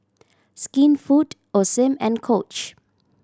Skinfood Osim and Coach